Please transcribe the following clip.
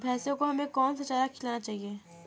भैंसों को हमें कौन सा चारा खिलाना चाहिए?